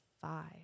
five